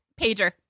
Pager